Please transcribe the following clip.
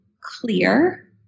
clear